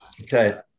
okay